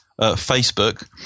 Facebook